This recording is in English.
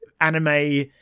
anime